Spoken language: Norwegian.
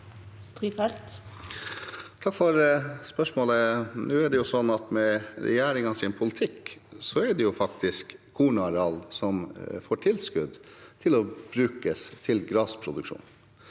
Takk for spørsmålet. Nå er det sånn at med regjeringens politikk er det faktisk kornareal som får tilskudd for å brukes til gressproduksjon.